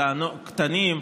קטנים,